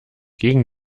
gegen